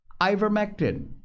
ivermectin